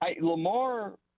Lamar